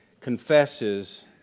confesses